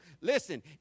Listen